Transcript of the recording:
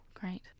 Great